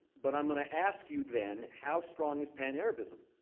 but i'm gonna ask you, then, how strong is pan-arabism?